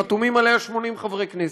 חתומים עליה 80 חברי כנסת,